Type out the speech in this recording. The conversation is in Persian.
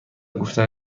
گفتن